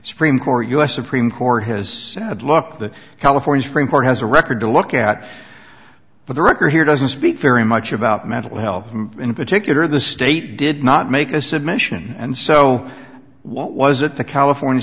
supreme court u s supreme court has said look the california supreme court has a record to look at but the record here doesn't speak very much about mental health in particular the state did not make a submission and so was it the california